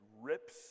rips